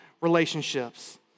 relationships